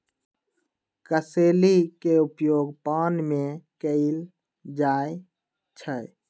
कसेली के प्रयोग पान में कएल जाइ छइ